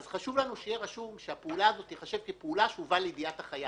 חשוב לנו שיהיה רשום שהפעולה הזאת תיחשב כפעולה שהובאה לידיעת החייב.